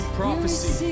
prophecy